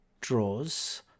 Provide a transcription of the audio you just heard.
draws